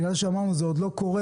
בגלל שאמרנו שזה עוד לא קורה,